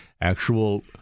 actual